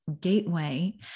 gateway